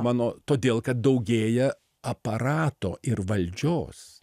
mano todėl kad daugėja aparato ir valdžios